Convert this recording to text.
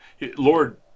Lord